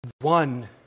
one